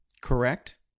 correct